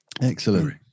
Excellent